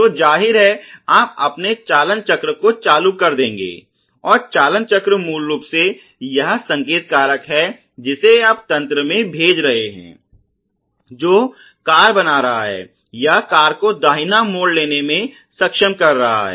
तो जाहिर है आप अपने चालनचक्र को चालू कर देंगे और चालनचक्र मूल रूप से यह संकेत कारक है जिसे आप तंत्र में भेज रहे हैं जो कार बना रहा है या जो कार को दाहिना मोड़ लेने में सक्षम कर रहा है